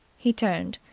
he turned.